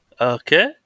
okay